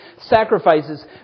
sacrifices